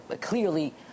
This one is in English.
clearly